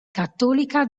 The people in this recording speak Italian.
cattolica